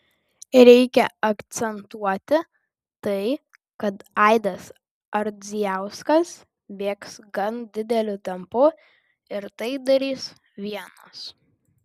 reikia akcentuoti tai kad aidas ardzijauskas bėgs gan dideliu tempu ir tai darys vienas